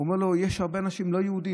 הוא אומר לו: יש הרבה אנשים לא יהודים